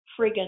friggin